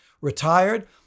retired